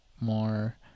more